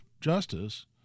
Justice